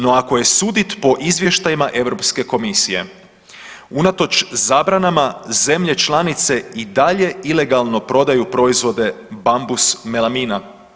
No ako je sudit po izvještajima Europske komisije unatoč zabranama zemlje članice i dalje ilegalno prodaju proizvode bambus melamina.